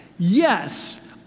Yes